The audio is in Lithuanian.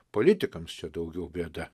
politikams čia daugiau bėda